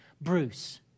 Bruce